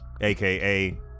aka